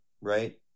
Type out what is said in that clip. right